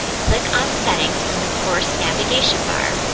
click on settings from the course navigation bar.